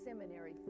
seminary